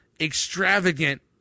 extravagant